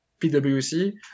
PwC